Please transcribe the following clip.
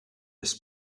this